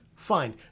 Fine